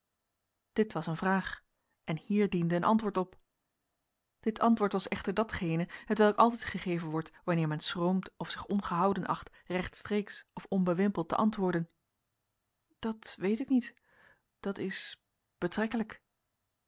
dit was een vraag en hier diende een antwoord op dit antwoord was echter datgene hetwelk altijd gegeven wordt wanneer men schroomt of zich ongehouden acht rechtstreeks of onbewimpeld te antwoorden dat weet ik niet dat is